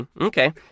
Okay